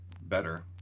better